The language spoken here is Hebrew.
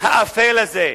האפל הזה.